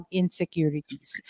insecurities